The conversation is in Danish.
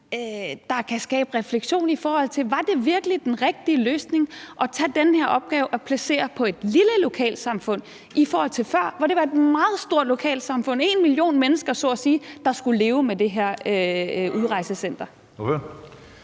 der kan skabe refleksion, i forhold til om det virkelig var den rigtige løsning at tage den her opgave og placere på et lille lokalsamfund, set i forhold til før, hvor det var et meget stort lokalsamfund med omkring en million mennesker, der så at sige skulle leve med det her udrejsecenter?